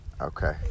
okay